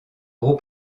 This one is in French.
gros